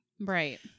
right